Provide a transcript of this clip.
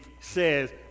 says